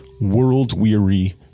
world-weary